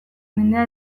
mendea